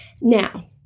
Now